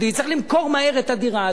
צריך למכור מהר את הדירה הזאת,